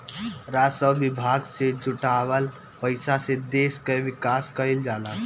राजस्व विभाग से जुटावल पईसा से देस कअ विकास कईल जाला